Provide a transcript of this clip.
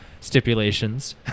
stipulations